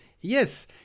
yes